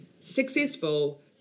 successful